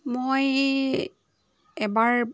মই এবাৰ